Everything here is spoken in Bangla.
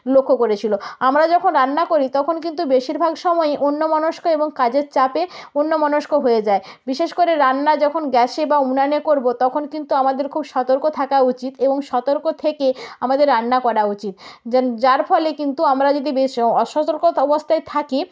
লক্ষ করেছিল আমরা যখন রান্না করি তখন কিন্তু বেশিরভাগ সময়ই অন্যমনস্ক এবং কাজের চাপে অন্যমনস্ক হয়ে যাই বিশেষ করে রান্না যখন গ্যাসে বা উনুনে করব তখন কিন্তু আমাদের খুব সতর্ক থাকা উচিত এবং সতর্ক থেকে আমাদের রান্না করা উচিত যার ফলে কিন্তু আমরা যদি বেশ অসতর্কতা অবস্থায় থাকি